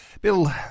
Bill